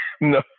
No